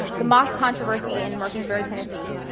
the mosque controversy in murfreesboro, tennessee,